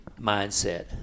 mindset